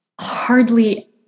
hardly